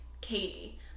Katie